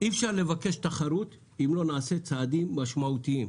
אי אפשר לבקש תחרות אם לא נעשה צעדים משמעותיים.